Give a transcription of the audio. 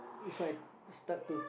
so I start to